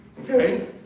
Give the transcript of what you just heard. okay